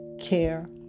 care